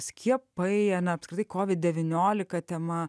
skiepai na apskritai kovid devyniolika tema